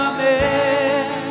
Amen